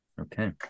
Okay